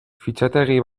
fitxategi